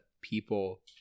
people